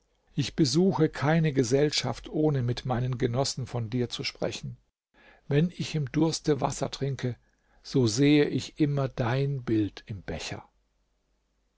ich besuche keine gesellschaft ohne mit meinen genossen von dir zu sprechen wenn ich im durste wasser trinke so sehe ich immer dein bild im becher